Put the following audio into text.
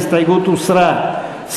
ההסתייגות הוסרה.